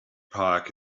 park